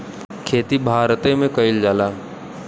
खेती भारते मे कइल जाला